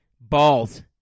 Balls